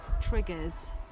triggers